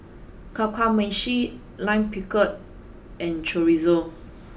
Kamameshi Lime Pickle and Chorizo